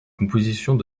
compositions